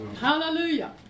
Hallelujah